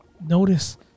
notice